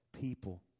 people